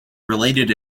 related